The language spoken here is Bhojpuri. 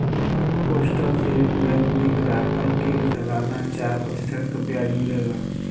पोस्टल सेविंग बैंक में ग्राहकन के सलाना चार प्रतिशत क ब्याज मिलला